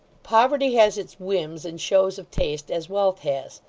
poverty has its whims and shows of taste, as wealth has.